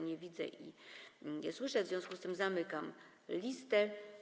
Nie widzę i nie słyszę, w związku z tym zamykam listę.